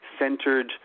centered